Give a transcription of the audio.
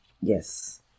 Yes